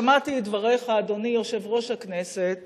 שמעתי את דבריך, אדוני יושב-ראש הכנסת